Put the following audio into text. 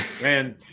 Man